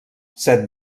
set